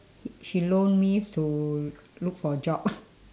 h~ she loan me to look for jobs